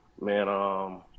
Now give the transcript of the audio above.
man